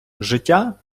життя